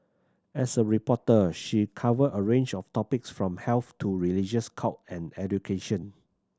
as a reporter she covered a range of topics from health to religious cults and education